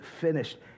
finished